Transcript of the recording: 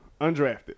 undrafted